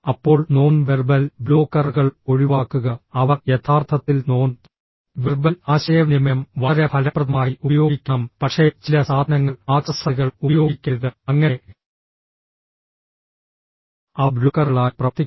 അപ്പോൾ non verbal ബ്ലോക്കറുകൾ ഒഴിവാക്കുക അവ യഥാർത്ഥത്തിൽ നോൺ വെർബൽ ആശയവിനിമയം വളരെ ഫലപ്രദമായി ഉപയോഗിക്കണം പക്ഷേ ചില സാധനങ്ങൾ ആക്സസറികൾ ഉപയോഗിക്കരുത് അങ്ങനെ അവ ബ്ലോക്കറുകളായി പ്രവർത്തിക്കും